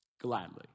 gladly